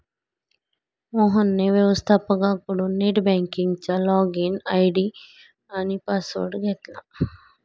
मोहनने व्यवस्थपकाकडून नेट बँकिंगचा लॉगइन आय.डी आणि पासवर्ड घेतला